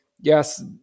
yes